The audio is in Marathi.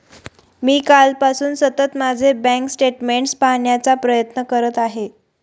मी कालपासून सतत माझे बँक स्टेटमेंट्स पाहण्याचा प्रयत्न करत आहे